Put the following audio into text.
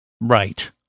Right